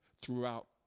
throughout